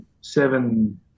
seven